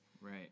Right